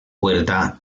puerta